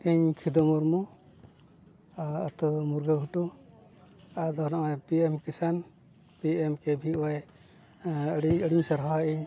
ᱤᱧ ᱠᱷᱤᱫᱟᱹ ᱢᱩᱨᱢᱩ ᱟᱛᱳ ᱢᱩᱨᱜᱟᱹ ᱜᱷᱩᱴᱩ ᱟᱫᱚ ᱱᱚᱜᱼᱚᱭ P M Kisan P M ᱠᱮ ᱵᱷᱤ ᱳᱭ ᱟᱹᱰᱤ ᱟᱹᱰᱤᱧ ᱥᱟᱨᱦᱟᱣ ᱤᱧ